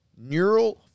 Neural